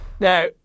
Now